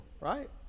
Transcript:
right